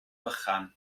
vychan